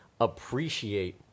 appreciate